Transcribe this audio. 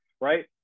right